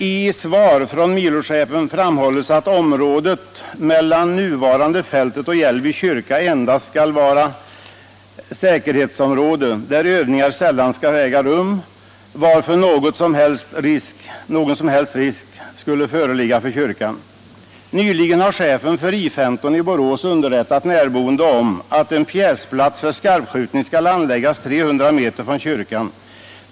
I ett svar från Milochefen framhålls att området mellan det nuvarande fältet och Jällby kyrka endast skall vara säkerhetsområde, där övningar sällan skall äga rum, varför någon som helst risk ej skulle föreligga för kyrkan. Nyligen har chefen för I 15 i Borås underrättat närboende om att en pjäsplats för skarpskjutning skall anläggas 300 meter från kyrkan.